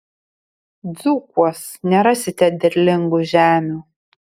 dzūkuos nerasite derlingų žemių